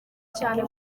cyane